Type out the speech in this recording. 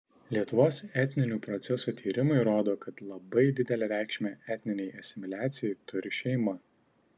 lietuvos etninių procesų tyrimai rodo kad labai didelę reikšmę etninei asimiliacijai turi šeima